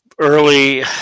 early